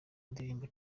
ndirimbo